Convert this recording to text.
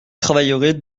travaillerez